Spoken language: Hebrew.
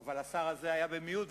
אבל השר הזה היה במיעוט,